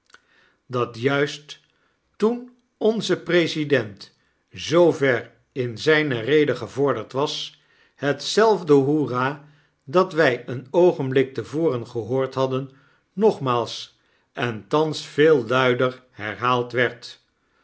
dat juist toen onze president zoo ver in zijne rede gevorderd was hetzelfde hoera dat wij een oogenblik te voren gehoord hadden nogmaals en thansveel luider herhaald werd